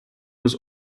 was